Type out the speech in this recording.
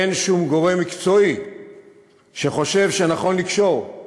אין שום גורם מקצועי שחושב שנכון לקשור את